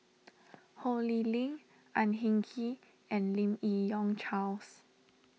Ho Lee Ling Ang Hin Kee and Lim Yi Yong Charles